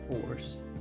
Force